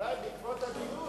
אולי בעקבות הדיון,